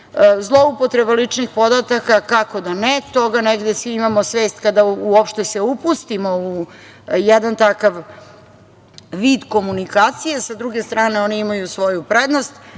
postoje. Zloupotreba ličnih podataka, kako da ne, toga negde svi imamo svest kada se uopšte upustimo u jedan takav vid komunikacije. Sa druge strane, oni imaju svoju prednost.